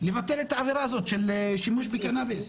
לבטל את העבירה הזאת של שימוש בקנאביס.